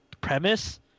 premise